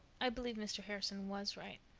i believe mr. harrison was right.